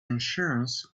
insurance